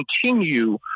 continue